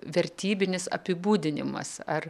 vertybinis apibūdinimas ar